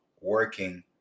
working